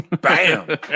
bam